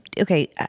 okay